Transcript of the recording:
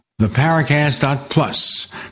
theparacast.plus